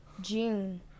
june